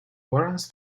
warrants